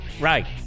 Right